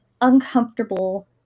uncomfortable